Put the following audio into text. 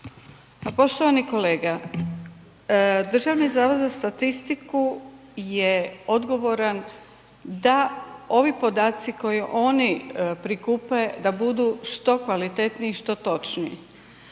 poštovani kolega, DZS je odgovoran da ovi podaci koje oni prikupe da budu što kvalitetniji i što točniji,